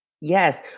Yes